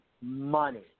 money